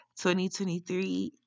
2023